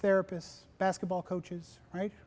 therapists basketball coaches right